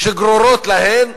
שגרורות להן,